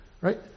right